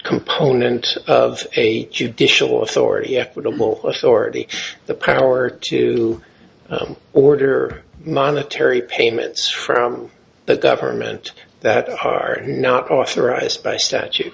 component of a judicial authority equitable authority the power to order monetary payments from the government that are not authorized by statu